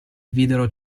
videro